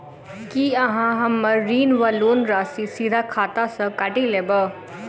की अहाँ हम्मर ऋण वा लोन राशि सीधा खाता सँ काटि लेबऽ?